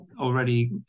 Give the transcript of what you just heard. already